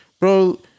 bro